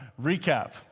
Recap